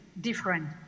different